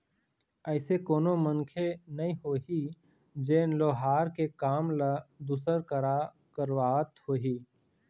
अइसे कोनो मनखे नइ होही जेन लोहार के काम ल दूसर करा करवात होही